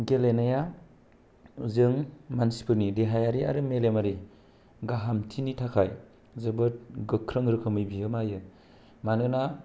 गेलेनाया जों मानसिफोरनि देहायारि आरो मेलेमारि गाहामथिनि थाखाय जोबोद गोख्रों रोखोमै बिहोमा होयो मानोना